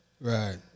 right